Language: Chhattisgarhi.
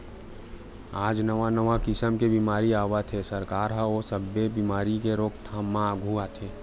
आज नवा नवा किसम के बेमारी आवत हे, सरकार ह ओ सब्बे बेमारी के रोकथाम म आघू आथे